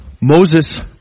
Moses